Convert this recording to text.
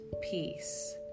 peace